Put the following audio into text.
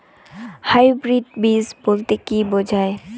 Hybrid বীজ বলতে কী বোঝায়?